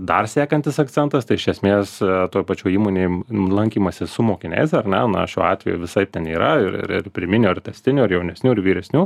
dar sekantis akcentas tai iš esmės toj pačioj įmonėm lankymasis su mokiniais ar ne na šiuo atveju visaip ten yra ir ir ir pirminio ir tęstinio ir jaunesnių ir vyresnių